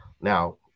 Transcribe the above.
Now